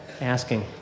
asking